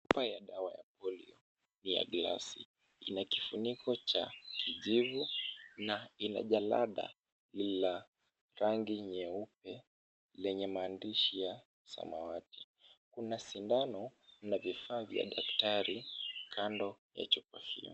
Chupa ya dawa ya polio ya glasi inakifuniko cha kijivu na inajalada la rangi nyeupe lenye maandishi ya samawati. Kuna sindano na vifaa vya daktari kando ya chupa hiyo.